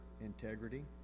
integrity